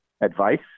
advice